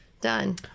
Done